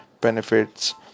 benefits